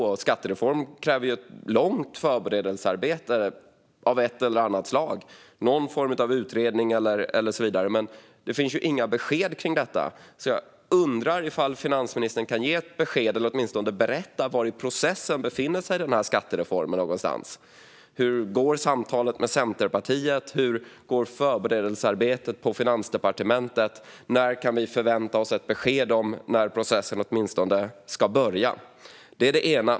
En skattereform kräver ett långt förberedelsearbete av ett eller annat slag - någon form av utredning eller liknande. Det finns ju inga besked kring detta. Jag undrar om finansministern kan ge ett besked eller åtminstone berätta var i processen denna skattereform befinner sig. Hur går samtalen med Centerpartiet? Hur går förberedelsearbetet på Finansdepartementet? När kan vi förvänta oss ett besked om när processen åtminstone ska börja? Detta är det ena.